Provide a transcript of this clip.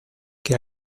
che